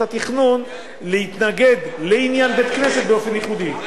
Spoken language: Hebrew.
התכנון להתנגד לעניין בית-כנסת באופן ייחודי.